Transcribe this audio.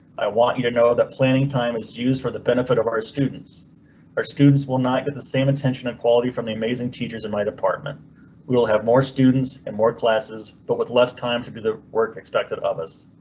i want you to know that planning time is used for the benefit of our students are students will not get the same attention in quality from the amazing teachers in my department will have more students and more classes but with less time to do the work expected of us.